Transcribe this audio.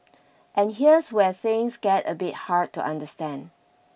and here's where things get a bit hard to understand